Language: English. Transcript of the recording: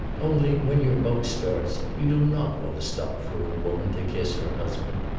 only, when your boat starts, you do not want to stop for a woman to kiss her husband.